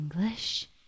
English